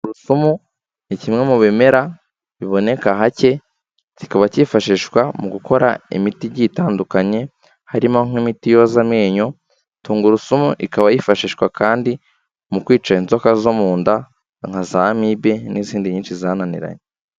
Tungurusumu ni kimwe mu bimera biboneka hake, kikaba cyifashishwa mu gukora imiti igiye itandukanye, harimo nk'imiti yoza amenyo, tungurusumu ikaba yifashishwa kandi mu kwica inzoka zo mu nda nka za Amibe n'izindi nyinshi zananiranye.